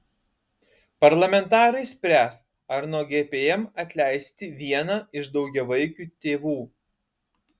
parlamentarai spręs ar nuo gpm atleisti vieną iš daugiavaikių tėvų